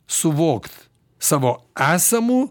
suvokt savo esamų